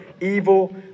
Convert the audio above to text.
evil